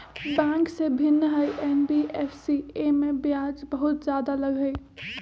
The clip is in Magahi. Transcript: बैंक से भिन्न हई एन.बी.एफ.सी इमे ब्याज बहुत ज्यादा लगहई?